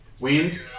Wind